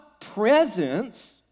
presence